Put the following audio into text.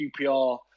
QPR